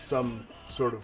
some sort of